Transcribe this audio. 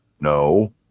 No